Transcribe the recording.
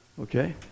Okay